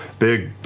big,